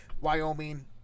Wyoming